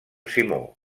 simó